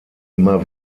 immer